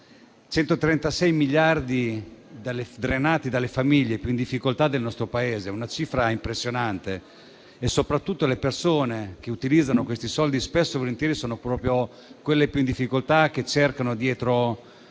136 miliardi drenati dalle famiglie più in difficoltà del nostro Paese: una cifra impressionante. Le persone che utilizzano questi soldi spesso e volentieri sono proprio quelle più in difficoltà, che dietro